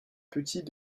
petits